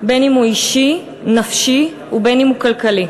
בין אם הוא אישי, נפשי, ובין אם הוא כלכלי.